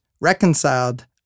reconciled